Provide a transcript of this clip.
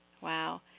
Wow